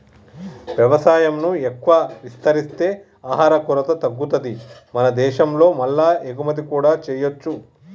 వ్యవసాయం ను ఎక్కువ విస్తరిస్తే ఆహార కొరత తగ్గుతది మన దేశం లో మల్ల ఎగుమతి కూడా చేయొచ్చు